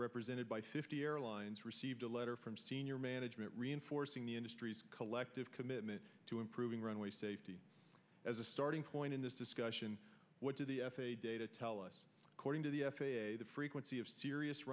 represented by fifty airlines received a letter from senior management reinforcing the industry's collective commitment to improving runway safety as a starting point in this discussion what do the f a a data tell us cording to the f a a the frequency of serious